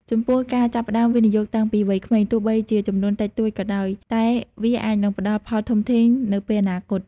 ចំពោះ ការចាប់ផ្តើមវិនិយោគតាំងពីវ័យក្មេង ទោះបីជាចំនួនតិចតួចក៏ដោយ តែវាអាចនឹងផ្តល់ផលធំធេងនៅពេលអនាគត។